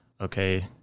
okay